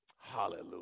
Hallelujah